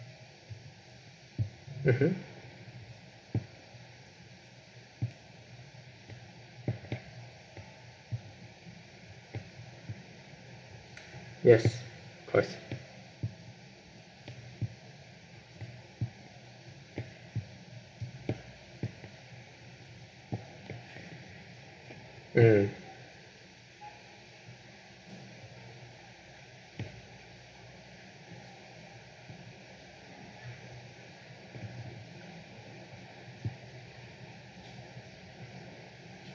mmhmm yes course um